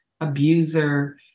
abuser